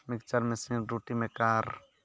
mixer machine roti maker